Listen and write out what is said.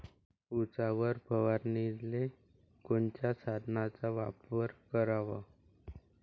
उसावर फवारनीले कोनच्या साधनाचा वापर कराव?